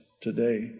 today